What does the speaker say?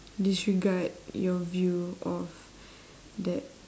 disregard your view of that